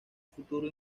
futuro